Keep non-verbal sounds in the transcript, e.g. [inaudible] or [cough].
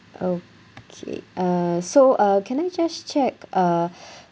okay uh so uh can I just check uh [breath]